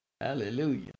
Hallelujah